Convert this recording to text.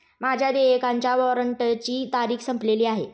माझ्या देयकाच्या वॉरंटची तारीख संपलेली आहे